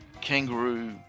kangaroo